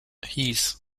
heath